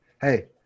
Hey